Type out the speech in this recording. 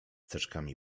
teczkami